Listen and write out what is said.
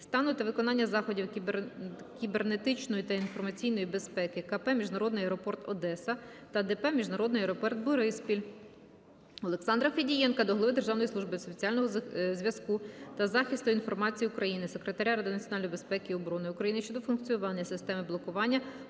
стану та виконання заходів кібернетичної та інформаційної безпеки КП "Міжнародний Аеропорт Одеса" та ДП "Міжнародний аеропорт "Бориспіль". Олександра Федієнка до Голови Державної служби спеціального зв'язку та захисту інформації України, Секретаря Ради національної безпеки і оборони України щодо функціонування систем блокування